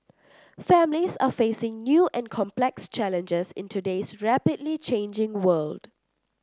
families are facing new and complex challenges in today's rapidly changing world